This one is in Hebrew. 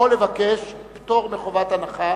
או לבקש פטור מחובת הנחה,